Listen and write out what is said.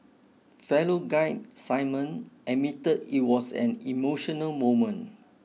fellow guide Simon admitted it was an emotional moment